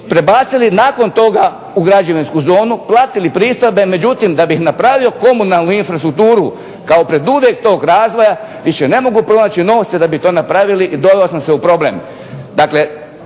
prebacili nakon toga u građevinsku zonu, platili pristojbe. Međutim, da bih napravio komunalnu infrastrukturu kao preduvjet tog razvoja više ne mogu pronaći novce da bi to napravili i doveo sam se u problem.